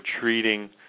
treating